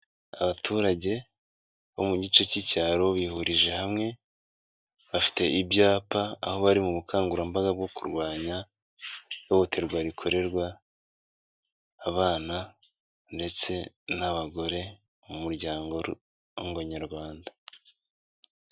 Abaturage bo mu gice cy'icyaro bihurije hamwe, bafite ibyapa aho bari mu bukangurambaga bwo kurwanya ihohoterwa rikorerwa abana ndetse n'abagore mu muryango nyarwanda.